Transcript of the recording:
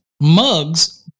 mugs